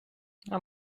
how